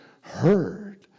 heard